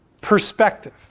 perspective